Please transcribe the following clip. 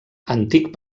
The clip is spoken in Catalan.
antic